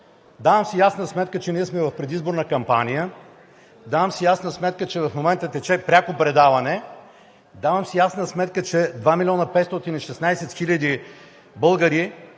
Давам си ясна сметка, че ние сме в предизборна кампания, давам си ясна сметка, че в момента тече пряко предаване, давам си ясна сметка, че 2 милиона 516 хиляди българи